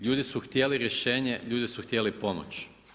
Ljudi su htjeli rješenje, ljudi su htjeli pomoć.